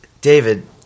David